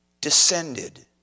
descended